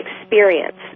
experience